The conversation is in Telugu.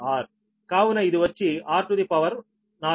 7788r కావున ఇది వచ్చి r టు ది పవర్ 4